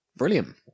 Brilliant